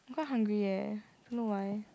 I'm quite hungry leh don't know why